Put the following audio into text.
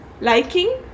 liking